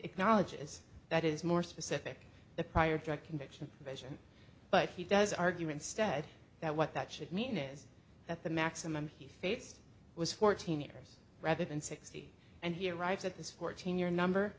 acknowledges that is more specific the prior drug conviction vision but he does argument stead that what that should mean is that the maximum he faced was fourteen years rather than sixty and he arrives at this fourteen year number